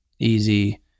easy